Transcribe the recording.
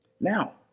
Now